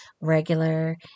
regular